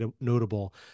notable